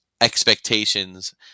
expectations